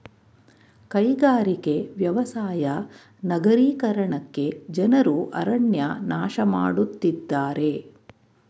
ಕೈಗಾರಿಕೆ, ವ್ಯವಸಾಯ ನಗರೀಕರಣಕ್ಕೆ ಜನರು ಅರಣ್ಯ ನಾಶ ಮಾಡತ್ತಿದ್ದಾರೆ